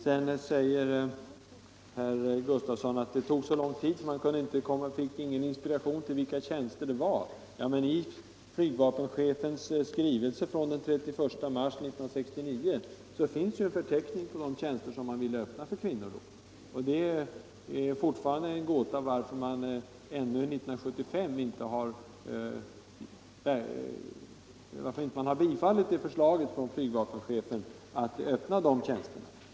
Sedan sade herr Gustavsson att det tog så lång tid därför att man inte fick någon inspiration till vilka tjänster det gällde. Men i flygva penchefens skrivelse av den 31 mars 1969 finns ju en förteckning på de tjänster som han då ville öppna för kvinnorna. Och det är fortfarande en gåta varför man ännu 1975 inte har bifallit flygvapenchefens förslag att öppna de tjänsterna.